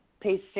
Pays